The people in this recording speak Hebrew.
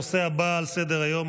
הנושא הבא על סדר-היום,